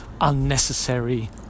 unnecessary